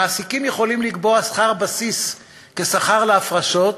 מעסיקים יכולים לקבוע שכר בסיס כשכר להפרשות,